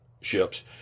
ships